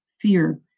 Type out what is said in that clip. fear